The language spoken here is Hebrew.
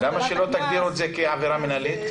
אז --- למה שאל תגדירו את זה כעבירה מנהלית?